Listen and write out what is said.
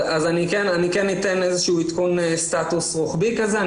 אני אתן איזשהו עדכון סטטוס רוחבי כזה.